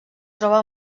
troba